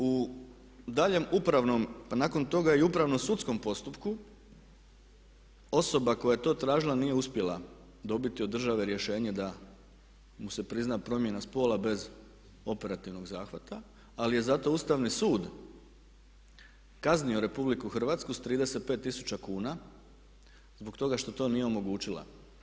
U daljem upravnom, nakon toga i upravnom sudskom postupku osoba koja je to tražila nije uspjela dobiti od države rješenje da mu se prizna promjena spola bez operativnog zahvata, ali je zato Ustavni sud kaznio RH s 35 tisuća kuna zbog toga što to nije omogućila.